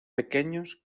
pequeños